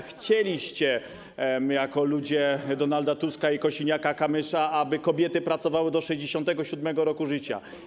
Chcieliście jako ludzie Donalda Tuska i Kosiniaka-Kamysza, aby kobiety pracowały do 67. roku życia.